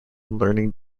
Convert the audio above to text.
learning